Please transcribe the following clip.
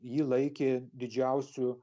jį laikė didžiausiu